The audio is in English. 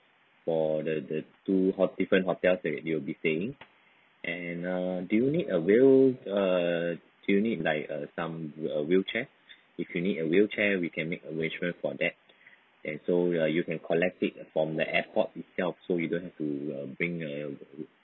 for the the two hot~ different hotels that you will be staying and uh do you need a wheel uh do you need like a some uh wheelchair if you need a wheelchair we can make arrangement for that and so ya you can collect it form the airport itself so you don't have to uh being uh